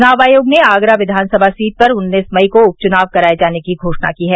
चुनाव आयोग ने आगरा विधानसभा सीट पर उन्नीस मई को उपचुनाव कराये जाने की घोषणा की है